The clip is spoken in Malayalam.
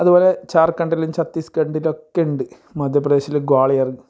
അതുപോലെ ചാർഘണ്ഡിലും ചത്തീസ്ഘണ്ടിലും ഒക്കെ ഉണ്ട് മദ്ധ്യപ്രാദേശിൽ ഗ്വാളിയാറ്